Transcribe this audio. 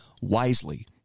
wisely